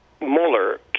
Mueller